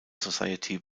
society